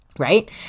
right